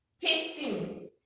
testing